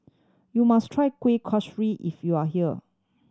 you must try Kuih Kaswi if you are here